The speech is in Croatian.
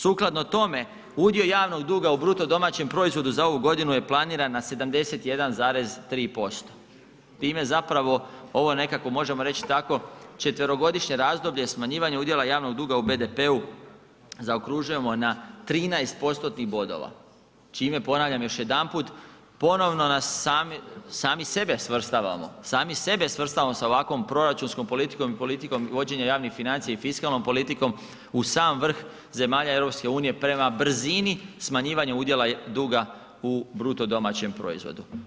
Sukladno tome udio javnog duga u BDP-u za ovu godinu je planiran na 71,3% time zapravo ovo nekako možemo reći tako četverogodišnje razdoblje smanjivanja udjela javnog duga u BDP-u zaokružujemo na 13 postotnih bodova čime ponavljam još jedanput, ponovno nas, sami sebe svrstavamo, sami sebe svrstavamo sa ovakvom proračunskom politikom i politikom vođenja javnih financija i fiskalnom politikom u sam vrh zemalja EU prema brzini smanjivanja udjela duga u bruto domaćem proizvodu.